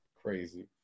Crazy